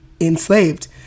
enslaved